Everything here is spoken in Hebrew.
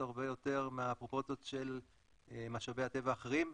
הרבה יותר מהפרופורציות של משאבי הטבע האחרים,